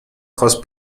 خواست